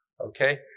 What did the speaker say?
Okay